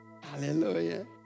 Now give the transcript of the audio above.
Hallelujah